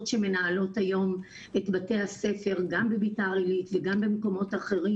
שמנהלות היום את בתי הספר גם בביתר עילית וגם במקומות אחרים.